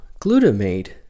glutamate